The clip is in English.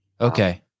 Okay